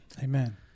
Amen